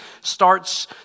starts